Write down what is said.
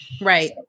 Right